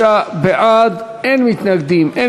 23 בעד, אין מתנגדים, אין